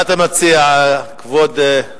מה אתה מציע, כבוד,